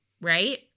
right